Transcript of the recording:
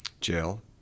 jail